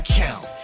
count